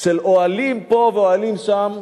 של אוהלים פה ואוהלים שם,